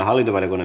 asia